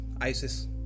ISIS